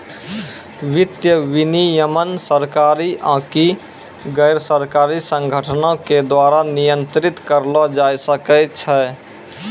वित्तीय विनियमन सरकारी आकि गैरसरकारी संगठनो के द्वारा नियंत्रित करलो जाय सकै छै